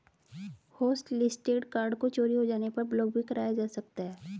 hotlisted card को चोरी हो जाने पर ब्लॉक भी कराया जा सकता है